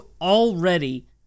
Already